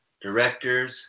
directors